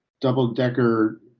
double-decker